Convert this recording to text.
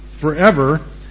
forever